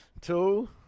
two